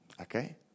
Okay